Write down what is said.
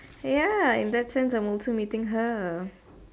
ya in that sense I'm also meeting her